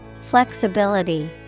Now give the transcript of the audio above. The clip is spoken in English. Flexibility